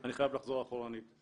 אני חייב לחזור אחורנית.